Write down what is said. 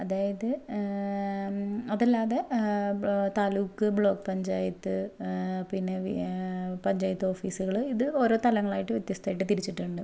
അതായത് അതല്ലാതെ താലൂക്ക് ബ്ലോക്ക് പഞ്ചായത്ത് പിന്നെ പഞ്ചായത്ത് ഓഫീസുകൾ ഇത് ഓരോ തലങ്ങളായിട്ട് വ്യത്യസ്തമായിട്ട് തിരിച്ചിട്ടുണ്ട്